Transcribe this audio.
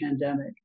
pandemic